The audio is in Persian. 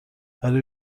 برای